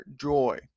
joy